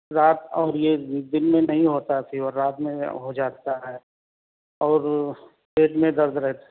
رات اور یہ دن میں نہیں ہوتا ہے فیور رات میں ہو جاتا ہے اور پیٹ میں درد رہتا